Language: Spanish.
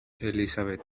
elizabeth